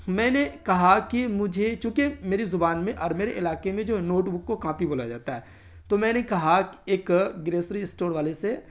میں نے کہا کہ مجھے چونکہ میری زبان میں اور میرے علاقے میں جو نوٹ بک کو کاپی بولا جاتا ہے تو میں نے کہا ایک گریسری اسٹور والے سے